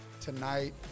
tonight